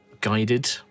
guided